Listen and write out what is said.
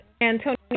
Antonio